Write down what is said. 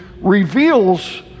reveals